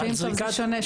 אזרחים עכשיו זה שונה,